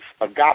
agape